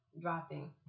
dropping